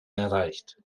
erreicht